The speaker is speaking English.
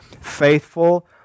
Faithful